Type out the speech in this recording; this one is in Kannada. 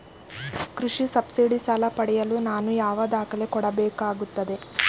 ಕೃಷಿ ಸಬ್ಸಿಡಿ ಸಾಲ ಪಡೆಯಲು ನಾನು ಯಾವ ದಾಖಲೆ ಕೊಡಬೇಕಾಗಬಹುದು?